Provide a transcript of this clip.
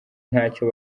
ntacyo